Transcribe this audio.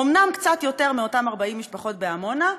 אומנם קצת יותר מאותן 40 משפחות בעמונה,